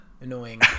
annoying